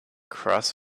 cross